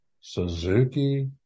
Suzuki